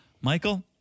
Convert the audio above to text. Michael